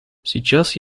сейчас